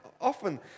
often